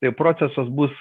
tai procesas bus